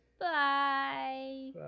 Bye